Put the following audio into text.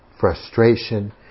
frustration